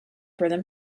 than